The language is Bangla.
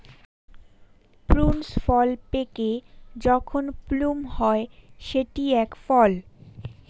প্রুনস ফল পেকে যখন প্লুম হয় সেটি এক ফল